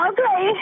Okay